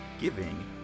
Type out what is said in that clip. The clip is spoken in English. giving